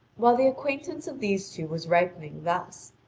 while the acquaintance of these two was ripening thus,